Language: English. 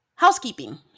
Housekeeping